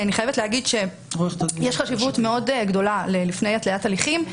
יש חשיבות מאוד גדולה לפני התליית הליכים,